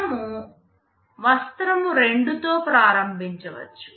మనము వస్త్రం 2 తో ప్రారంభించవచ్చు